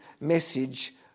message